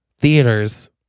theaters